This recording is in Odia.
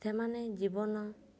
ସେମାନେ ଜୀବନ